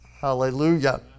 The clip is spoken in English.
Hallelujah